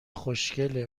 خوشگله